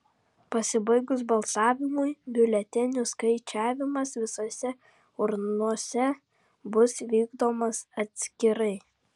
pasibaigus balsavimui biuletenių skaičiavimas visose urnose bus vykdomas atskirai